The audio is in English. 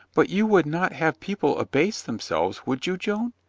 but you would not have people abase themselves, would you, joan?